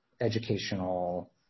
educational